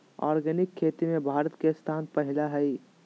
organic खेती में भारत के स्थान पहिला हइ